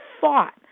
fought